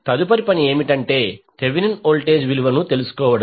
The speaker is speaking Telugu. తదుపరి పని ఏమిటంటే థెవెనిన్ వోల్టేజ్ విలువను తెలుసుకోవడం